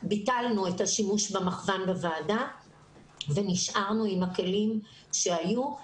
ביטלנו את השימוש במכוון בוועדה ונשארנו עם הכלים שהיו.